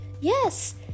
Yes